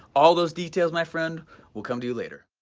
all those details my friend will come to you later.